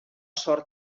sort